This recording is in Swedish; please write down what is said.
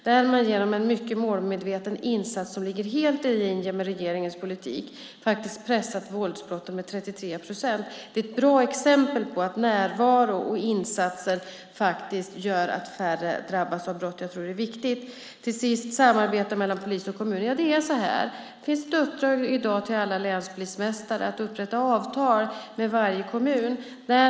Där har man genom en mycket målmedveten insats som ligger helt i linje med regeringens politik faktiskt pressat ned våldsbrotten med 33 procent. Det är ett bra exempel på att närvaro och insatser gör att färre drabbas av brott. Jag tror att det är viktigt. Till sist när det handlar om samarbete mellan poliser och kommun finns det ett uppdrag i dag till alla länspolismästare att upprätta avtal med varje kommun.